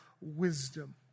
wisdom